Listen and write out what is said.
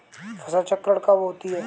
फसल चक्रण कब होता है?